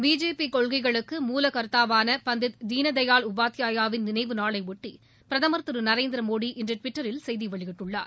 BJP கொள்கைகளுக்கு மூலகர்த்தாவான பண்டிட் தீன்தயாள் உபத்யாயாவின் நினைவு நாளையொட்டி பிரதமர் திரு நரேந்திர மோடி இன்று டுவிட்டரில் செய்தி வெளியிட்டுள்ளார்